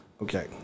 okay